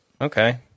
Okay